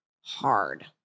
hard